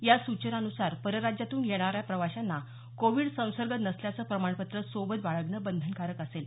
या सुचनांनुसार परराज्यातून येणाऱ्या प्रवाशांना कोविड संसर्ग नसल्याचं प्रमाणपत्र सोबत बाळगणं बंधनकारक असेल